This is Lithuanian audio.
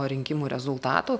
o rinkimų rezultatų